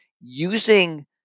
using